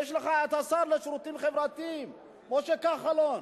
יש לך השר לשירותים חברתיים משה כחלון,